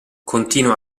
continua